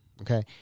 Okay